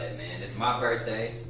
man. it's my birthday.